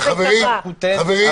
חברים.